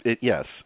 yes